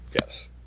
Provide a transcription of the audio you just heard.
Yes